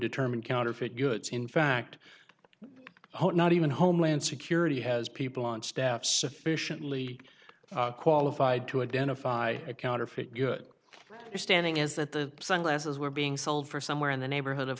determine counterfeit goods in fact i hope not even homeland security has people on staff sufficiently qualified to identify a counterfeit good standing is that the sunglasses were being sold for somewhere in the neighborhood